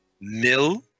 mill